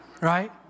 Right